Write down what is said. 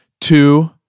two